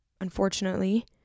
unfortunately